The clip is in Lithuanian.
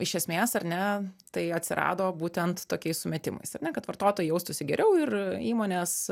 iš esmės ar ne tai atsirado būtent tokiais sumetimais ar ne kad vartotojai jaustųsi geriau ir įmonės